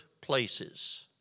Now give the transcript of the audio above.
places